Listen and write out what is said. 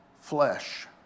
flesh